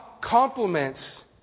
complements